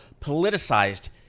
politicized